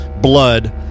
blood